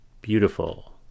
Beautiful